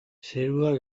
zerua